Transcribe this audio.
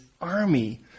army